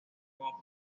como